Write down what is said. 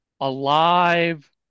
alive